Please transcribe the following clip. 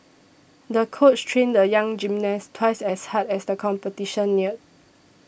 the coach trained the young gymnast twice as hard as the competition neared